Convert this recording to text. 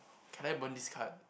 can I burn this card